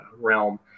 realm